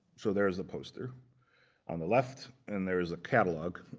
so there's the poster on the left, and there is a catalog